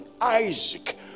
Isaac